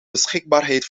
beschikbaarheid